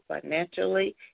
financially